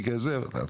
אתה צודק.